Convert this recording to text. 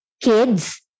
kids